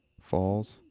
falls